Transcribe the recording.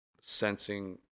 sensing